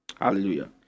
hallelujah